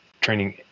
training